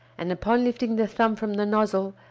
and, upon lifting the thumb from the nozzle,